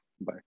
Bye